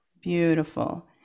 Beautiful